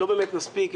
לא באמת נספיק.